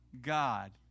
God